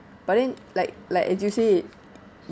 but then like like as you said